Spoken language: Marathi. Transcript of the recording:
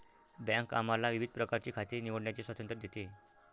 बँक आम्हाला विविध प्रकारची खाती निवडण्याचे स्वातंत्र्य देते